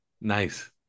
Nice